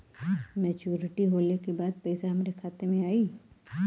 Maturity होले के बाद पैसा हमरे खाता में आई?